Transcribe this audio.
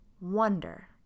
wonder